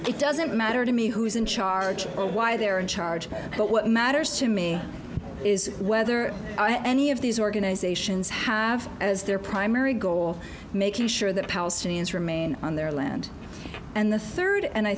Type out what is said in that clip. it doesn't matter to me who is in charge or why they're in charge but what matters to me is whether any of these organizations have as their primary goal making sure that palestinians remain on their land and the third and i